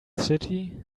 city